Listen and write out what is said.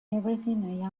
everything